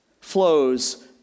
flows